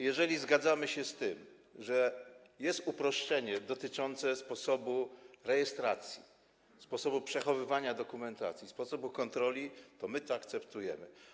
Jeżeli zgadzamy się z tym, że jest uproszczenie dotyczące sposobu rejestracji, sposobu przechowywania dokumentacji, sposobu kontroli, to my to akceptujemy.